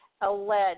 alleged